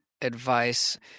advice